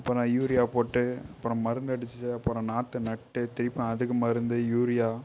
அப்புறம் யூரியா போட்டு அப்புறம் மருந்து அடிச்சு அப்புறம் நாற்று நட்டு திருப்பியும் அதுக்கு மருந்து யூரியா